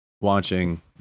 watching